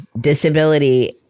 disability